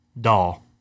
doll